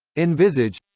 envisage.